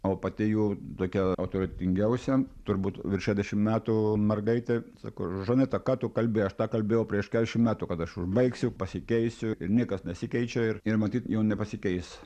o pati jau tokia autoritetingiausia turbūt virš šedešim metų mergaitė sako žaneta ką tu kalbi aš tą kalbėjau prieš kedešim metų kad aš užbaigsiu pasikeisiu ir niekas nesikeičia ir ir matyt jau nepasikeis